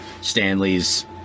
Stanley's